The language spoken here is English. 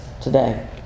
today